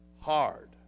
hard